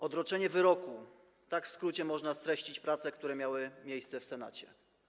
Odroczenie wyroku - tak w skrócie można streścić prace, które miały miejsce w Senacie.